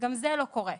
וגם זה לא קורה,